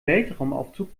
weltraumaufzug